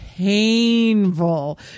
Painful